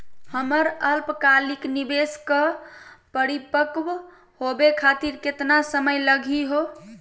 हमर अल्पकालिक निवेस क परिपक्व होवे खातिर केतना समय लगही हो?